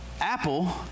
Apple